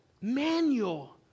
manual